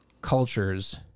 cultures